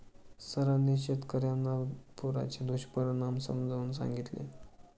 सरांनी शेतकर्यांना पुराचे दुष्परिणाम समजावून सांगितले